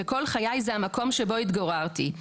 וכל חיי זה המקום שבו התגוררתי.